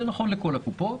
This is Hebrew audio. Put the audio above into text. זה נכון לכל הקופות.